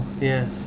yes